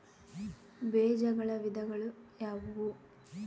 ಬೇಜಗಳ ವಿಧಗಳು ಯಾವುವು?